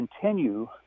continue